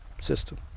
system